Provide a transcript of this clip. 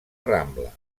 rambla